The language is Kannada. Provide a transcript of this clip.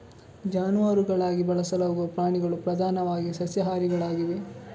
ಜಾನುವಾರುಗಳಾಗಿ ಬಳಸಲಾಗುವ ಪ್ರಾಣಿಗಳು ಪ್ರಧಾನವಾಗಿ ಸಸ್ಯಾಹಾರಿಗಳಾಗಿವೆ